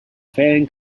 fällen